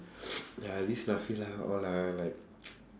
ya this all ah like